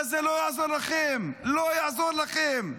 אבל זה לא יעזור לכם, לא יעזור לכם.